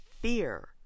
fear